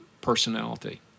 personality